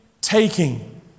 taking